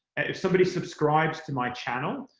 if somebody subscribes to my channel,